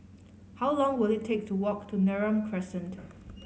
how long will it take to walk to Neram Crescent